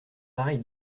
pareil